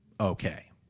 Okay